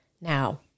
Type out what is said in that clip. Now